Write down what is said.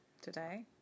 today